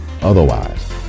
Otherwise